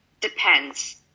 depends